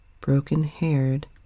Broken-Haired